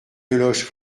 deloche